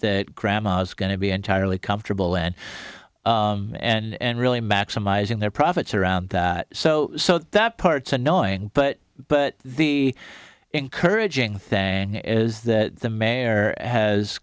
that grandma's going to be entirely comfortable and and really maximizing their profits around that so that part's annoying but but the encouraging thing is that the mayor has